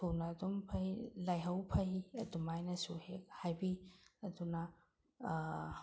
ꯊꯨꯅ ꯑꯗꯨꯝ ꯐꯩ ꯂꯥꯏꯍꯧ ꯐꯩ ꯑꯗꯨꯃꯥꯏꯅꯁꯨ ꯍꯦꯛ ꯍꯥꯏꯕꯤ ꯑꯗꯨꯅ